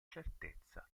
certezza